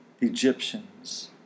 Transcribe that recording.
Egyptians